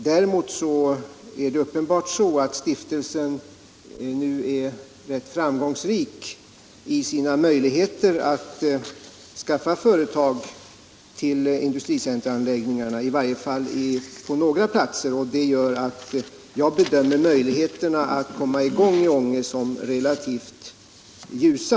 Däremot är det uppenbart så att stiftelsen nu är rätt framgångsrik i i varje fall på några platser, och det gör att man bedömer möjligheterna Tisdagen den att komma i gång i Ånge som relativt ljusa.